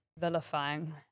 vilifying